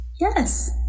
Yes